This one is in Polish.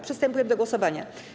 Przystępujemy do głosowania.